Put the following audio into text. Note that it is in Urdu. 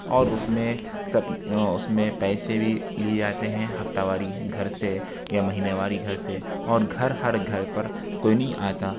اور اس میں سب اس میں پیسے بھی لیے جاتے ہیں ہفتہ واری گھر سے یا مہینہ واری گھر سے اور گھر ہر گھر پر کوئی نہیں آتا